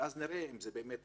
ואז נראה אם זה משפיע,